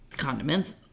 condiments